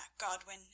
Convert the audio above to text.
Godwin